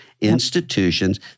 Institutions